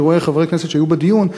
אני רואה חברי כנסת שהיו בדיון,